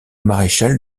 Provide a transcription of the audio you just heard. maréchal